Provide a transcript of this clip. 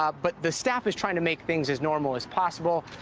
um but the staff is trying to make things as normal as possible.